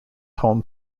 home